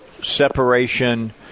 separation